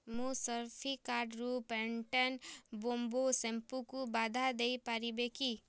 ମୋ ସରସି କାର୍ଡ୍ ରୁ ପ୍ୟାଣ୍ଟନ୍ ବାମ୍ବୋ ଶ୍ୟାମ୍ପୂ କୁ ବାଧା ଦେଇପାରିବେ କି